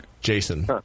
Jason